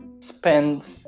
spend